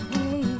Hey